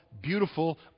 beautiful